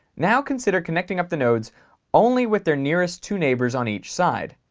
now consider connecting up the nodes only with their nearest two neighbors on each side.